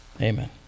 amen